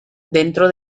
dentro